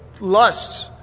lusts